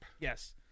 Yes